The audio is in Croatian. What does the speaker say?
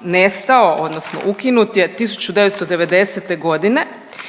nestao odnosno ukinut je 1990. godine